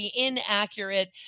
inaccurate